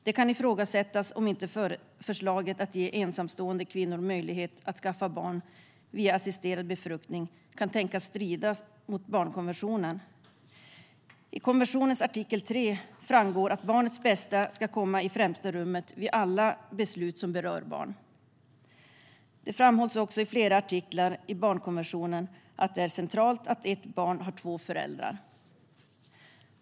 Det kan ifrågasättas om inte förslaget att ge ensamstående kvinnor möjlighet att skaffa barn via assisterad befruktning kan tänkas strida mot barnkonventionen. I konventionens artikel 3 framgår att barnets bästa ska komma i främsta rummet vid alla beslut som berör barn. Det framhålls också i flera artiklar i barnkonventionen att det är centralt att ett barn har två föräldrar.